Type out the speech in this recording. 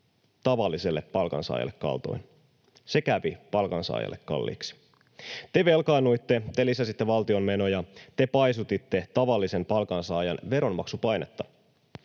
tavalliselle palkansaajalle kaltoin. Se kävi palkansaajalle kalliiksi. Te velkaannuitte, te lisäsitte valtion menoja, te paisutitte tavallisen palkansaajan veronmaksupainetta.